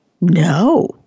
no